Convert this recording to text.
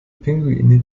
pinguine